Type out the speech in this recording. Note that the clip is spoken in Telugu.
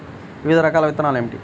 వివిధ రకాల విత్తనాలు ఏమిటి?